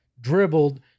dribbled